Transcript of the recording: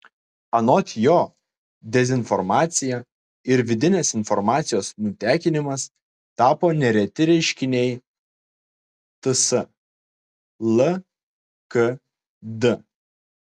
anot jo dezinformacija ir vidinės informacijos nutekinimas tapo nereti reiškiniai ts lkd